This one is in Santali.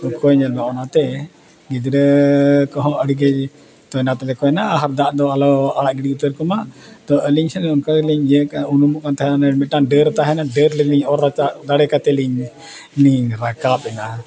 ᱚᱠᱚᱭ ᱧᱮᱞ ᱢᱮᱭᱟ ᱚᱱᱟᱛᱮ ᱜᱤᱫᱽᱨᱟᱹ ᱠᱚᱦᱚᱸ ᱟᱹᱰᱤ ᱜᱮ ᱛᱚᱭᱱᱟᱛ ᱞᱮᱠᱚ ᱱᱟ ᱟᱦᱟᱨ ᱫᱟᱜ ᱫᱚ ᱟᱞᱚ ᱟᱲᱟᱜ ᱜᱤᱰᱤ ᱩᱛᱟᱹᱨ ᱠᱚᱢᱟ ᱛᱚ ᱟᱞᱤᱝ ᱥᱮᱫ ᱚᱱᱠᱟ ᱜᱮᱞᱤᱧ ᱤᱭᱟᱹ ᱩᱱᱩᱢᱩᱜ ᱠᱟᱱ ᱛᱟᱦᱮᱸᱫ ᱚᱱᱟ ᱢᱤᱫᱴᱟᱝ ᱰᱟᱹᱨ ᱛᱟᱦᱮᱱᱟ ᱰᱟᱹᱨ ᱨᱮᱞᱤᱧ ᱚᱨ ᱨᱟᱠᱟᱵ ᱫᱟᱲᱮ ᱠᱟᱛᱮᱞᱤᱧ ᱞᱤᱧ ᱨᱟᱠᱟᱵ ᱮᱱᱟ